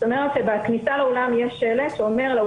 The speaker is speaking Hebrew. זאת אומרת שבכניסה לאולם יש שלט שאומר לדוגמה: